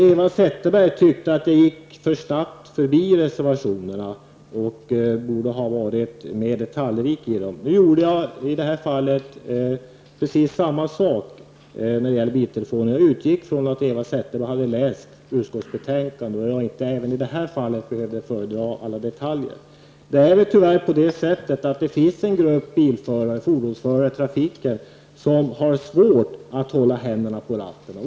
Eva Zetterberg tyckte att jag för snabbt gick igenom reservationerna och att jag borde ha varit mer detaljrik. Jag utgick även när det gäller biltelefonerna ifrån att Eva Zetterberg hade läst utskottsbetänkandet och att jag inte heller i detta fall behövde föredra alla detaljer. Det är tyvärr på det sättet att det finns en grupp bilförare i trafiken som har svårt att hålla händerna på ratten.